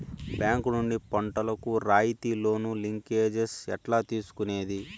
Bank నుండి పంటలు కు రాయితీ లోను, లింకేజస్ ఎట్లా తీసుకొనేది?